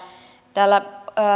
täällä